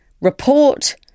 report